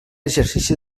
exercici